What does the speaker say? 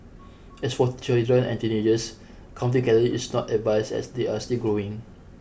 as for children and teenagers counting calories is not advised as they are still growing